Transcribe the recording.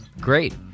Great